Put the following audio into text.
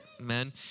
man